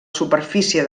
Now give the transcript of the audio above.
superfície